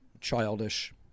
childish